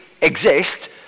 exist